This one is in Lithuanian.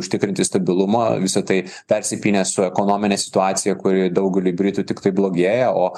užtikrinti stabilumo visa tai persipynė su ekonomine situacija kuri daugeliui britų tiktai blogėja o